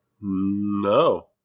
No